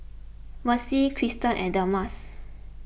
Mercy Kiersten and Delmas